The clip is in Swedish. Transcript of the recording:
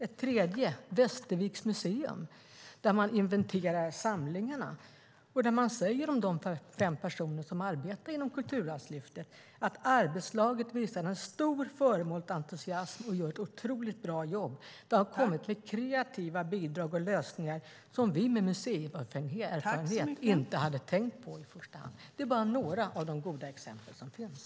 Ett tredje är Västerviks Museum, där de inventerar samlingarna och där man säger om de fem personer som arbetar inom Kulturarvslyftet: "Arbetslaget visar stor föremålsentusiasm och gör ett otroligt bra jobb. Det har kommit med kreativa bidrag som löser frågorna på ett sätt som vi med museierfarenhet inte hade tänkt på i första hand." Det är bara några av de goda exempel som finns.